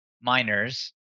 miners